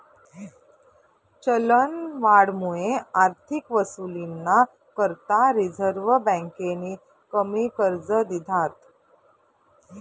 चलनवाढमुये आर्थिक वसुलीना करता रिझर्व्ह बँकेनी कमी कर्ज दिधात